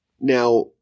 Now